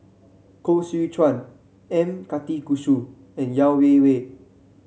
Koh Seow Chuan M Karthigesu and Yeo Wei Wei